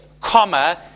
comma